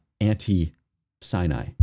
anti-Sinai